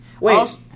Wait